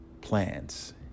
plans